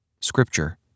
Scripture